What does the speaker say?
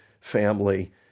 family